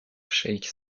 cheikh